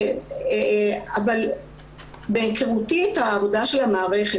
אבל בהיכרותי את העבודה של המערכת,